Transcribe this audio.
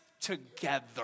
together